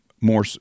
more